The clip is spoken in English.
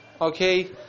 okay